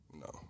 No